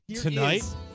tonight